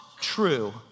true